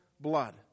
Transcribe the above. blood